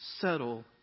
settle